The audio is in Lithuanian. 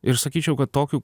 ir sakyčiau kad tokių